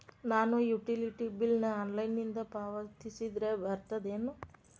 ನಾನು utility bill ನ ಆನ್ಲೈನಿಂದ ಪಾವತಿಸಿದ್ರ ಬರ್ತದೇನು?